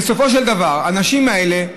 בסופו של דבר, הנשים האלה,